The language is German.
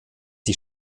die